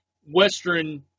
Western